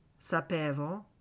Sapevo